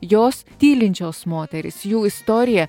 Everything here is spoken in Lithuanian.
jos tylinčios moterys jų istorija